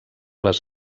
les